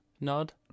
nod